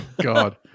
God